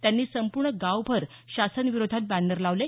त्यांनी संपूर्ण गावभर शासनाविरोधात बॅनर लावले